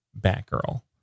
batgirl